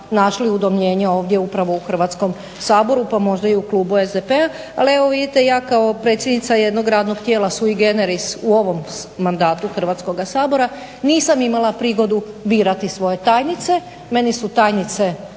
upravo u Hrvatskom saboru pa možda i u klubu SDP-a. Ali evo vidite, ja kao predsjednica jednog radnog tijela sui generis u ovom mandatu Hrvatskoga sabora nisam imala prigodu birati svoje tajnice, meni su tajnice dodijeljene.